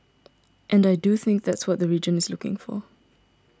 and I do think that's what the region is looking for